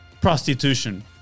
Prostitution